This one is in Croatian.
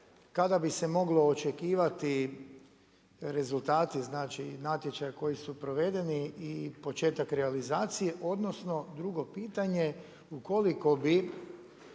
kada bi se moglo očekivati, rezultati znači natječaja koji su provedeni i početak realizacije. Odnosno drugo pitanje ukoliko bi